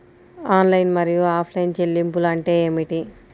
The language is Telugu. ఆన్లైన్ మరియు ఆఫ్లైన్ చెల్లింపులు అంటే ఏమిటి?